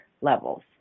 levels